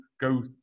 go